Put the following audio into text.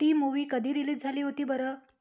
ती मूव्ही कधी रिलीज झाली होती बरं